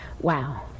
Wow